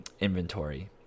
inventory